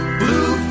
blue